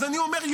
אז אני אומר,